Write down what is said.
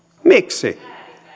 miksi